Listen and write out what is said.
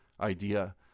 idea